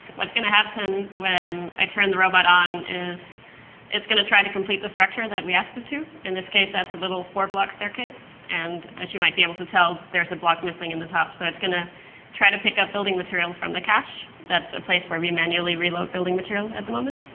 what's going to happen when i turn the robot on is it's going to try to complete the structure that we asked it to, in this case that's a little four-block staircase. and, as you might be able to tell, there is a block missing in the top, so it's going to try to pick up building material from the cache, that's a place where we manually reload building material at the moment.